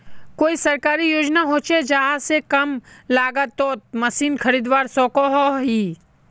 कोई सरकारी योजना होचे जहा से कम लागत तोत मशीन खरीदवार सकोहो ही?